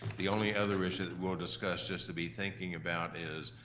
the only other issue we'll discuss just to be thinking about is,